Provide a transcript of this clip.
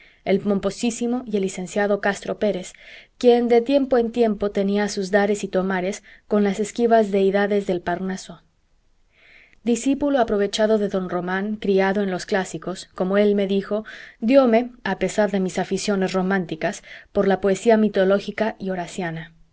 el pomposísimo y el lic castro pérez quien de tiempo en tiempo tenía sus dares y tomares con las esquivas deidades del parnaso discípulo aprovechado de don román criado en los clásicos como él me dijo dióme a pesar de mis aficiones románticas por la poesía mitológica y